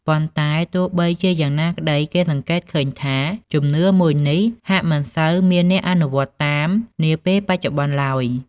ប៉ុន្តែទោះបីជាយ៉ាងណាក្តី គេសង្កេតឃើញថា ជំនឿមួយនេះហាក់មិនសូវមានអ្នកអនុវត្តន៏តាមនាពេលបច្ចុប្បន្នឡើយ។